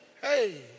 hey